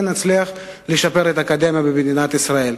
נצליח לשפר את האקדמיה במדינת ישראל.